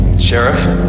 Sheriff